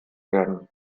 werden